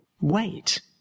Wait